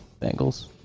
Bengals